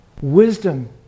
wisdom